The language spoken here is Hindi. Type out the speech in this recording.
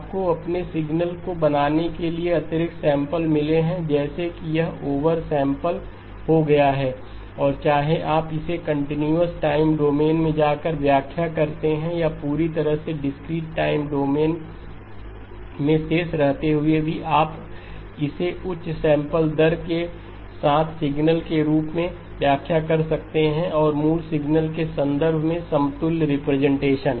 आपको अपने सिग्नल को बनाने के लिए अतिरिक्त सैंपल मिले हैं जैसे कि यह ओवर सैंपल हो गया है और चाहे आप इसे कंटीन्यूअस टाइम डोमेन में जाकर व्याख्या करते हैं या पूरी तरह से डिस्क्रीट टाइम डोमेन में शेष रहते हुए भी आप इसे उच्च सैंपल दर के साथ सिग्नल के रूप में व्याख्या कर सकते हैं और मूल सिग्नल के संदर्भ में समतुल्य रिप्रेजेंटेशन